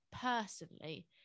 personally